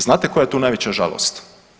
Znate koja je tu najveća žalost?